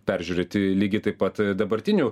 peržiūrėti lygiai taip pat dabartinių